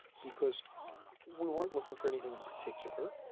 because we weren't looking for anything in particular.